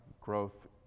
growth